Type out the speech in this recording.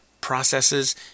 processes